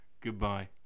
Goodbye